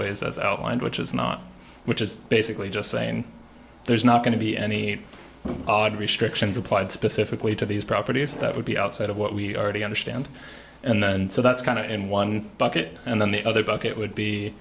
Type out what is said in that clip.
ways as outlined which is not which is basically just saying there's not going to be any odd restrictions applied specifically to these properties that would be outside of what we already understand and so that's kind of in one bucket and then the other bucket would be